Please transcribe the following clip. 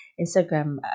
Instagram